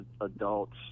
adults